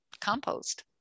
compost